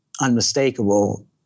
unmistakable